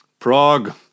Prague